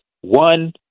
one